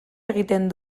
egiten